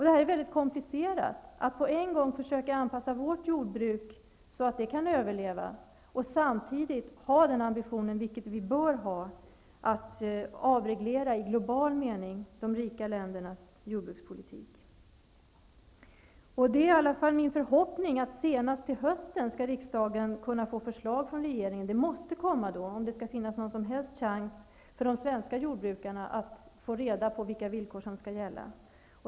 Det är komplicerat att på samma gång försöka anpassa vårt jordbruk så att det kan överleva och samtidigt ha den ambitionen, vilket vi bör ha, att avreglera i global mening de rika ländernas jordbrukspolitik. Det är i alla fall min förhoppning att riksdagen senast till hösten skall få ett förslag från regeringen. Det måste komma då om det skall finnas någon som helst chans för de svenska jordbrukarna att få reda på vilka villkor som skall gälla.